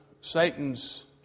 Satan's